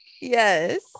yes